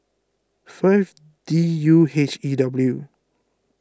five D U H E W